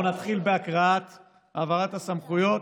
אנחנו נתחיל בהקראת העברת הסמכויות.